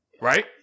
right